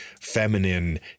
feminine